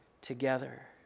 together